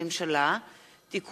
הצעת חוק-יסוד: הממשלה (תיקון,